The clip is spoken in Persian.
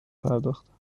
پرداختند